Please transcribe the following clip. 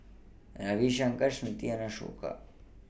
Ravi Shankar Smriti and Ashoka